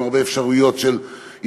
עם הרבה אפשרויות של הסתייגויות,